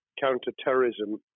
counter-terrorism